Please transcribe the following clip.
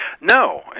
No